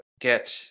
get